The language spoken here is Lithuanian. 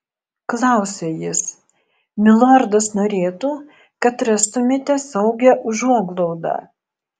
klausia jis milordas norėtų kad rastumėte saugią užuoglaudą